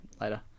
later